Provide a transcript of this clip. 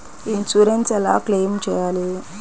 Insurance ఎలా claim చేయాలి?